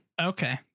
Okay